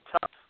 tough